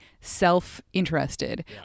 self-interested